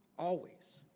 always